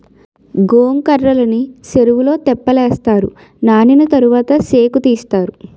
గొంకర్రలని సెరువులో తెప్పలేస్తారు నానిన తరవాత సేకుతీస్తారు